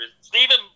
Stephen